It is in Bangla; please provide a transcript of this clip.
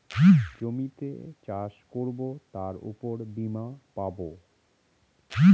জমিতে চাষ করবো তার উপর বীমা পাবো